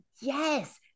yes